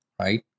right